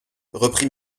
reprit